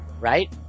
Right